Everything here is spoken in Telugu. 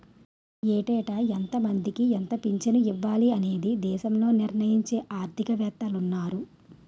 ఏటేటా ఎంతమందికి ఎంత పింఛను ఇవ్వాలి అనేది దేశంలో నిర్ణయించే ఆర్థిక వేత్తలున్నారు